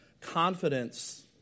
confidence